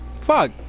Fuck